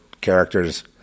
characters